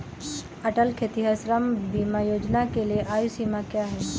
अटल खेतिहर श्रम बीमा योजना के लिए आयु सीमा क्या है?